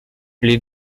les